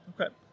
Okay